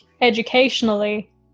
educationally